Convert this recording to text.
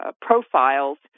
profiles